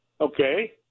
Okay